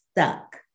stuck